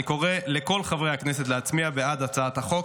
אני קורא לכל חברי הכנסת להצביע בעד הצעת החוק.